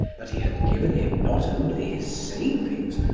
that he had given him not only his savings,